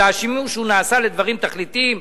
אלא השימוש נעשה לדברים תכליתיים,